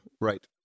Right